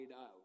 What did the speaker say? out